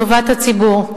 טובת הציבור?